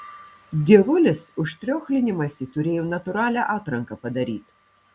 dievulis už triochlinimąsi turėjo natūralią atranką padaryt